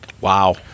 Wow